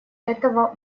этого